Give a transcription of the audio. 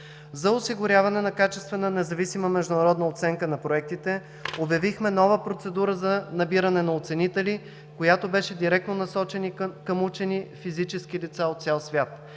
За осигуряване на качествена независима международна оценка на проектите обявихме нова процедура за намиране на оценители, която беше директно насочена към учени – физически лица от цял свят.